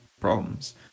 problems